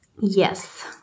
yes